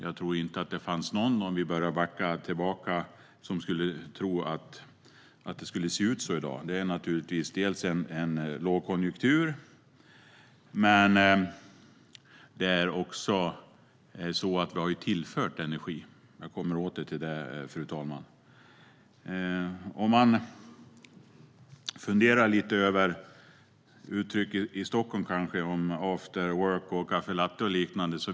Om vi börjar backa tillbaka tror jag inte att det har funnits någon som kunde tro att det skulle se ut så i dag. Det beror naturligtvis dels på en lågkonjunktur, dels på att vi har tillfört energi. Jag återkommer till det, fru talman. Man kan fundera lite över uttryck i Stockholm som afterwork, caffelatte och liknande.